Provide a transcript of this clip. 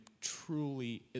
truly